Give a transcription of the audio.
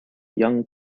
young